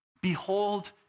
behold